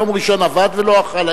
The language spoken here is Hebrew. עבד ולא אכל,